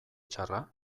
txarra